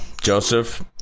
Joseph